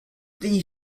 these